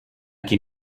qui